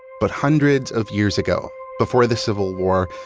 but hundreds of years ago, before the civil war,